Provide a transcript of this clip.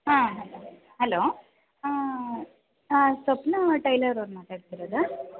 ಹಾಂ ಹಲೋ ಹಾಂ ಸ್ವಪ್ನಾ ಟೈಲರವರು ಮಾತಾಡ್ತಿರೋದಾ